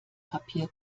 papier